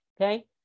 okay